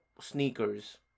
sneakers